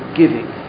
giving